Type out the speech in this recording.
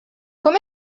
com